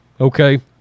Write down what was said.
Okay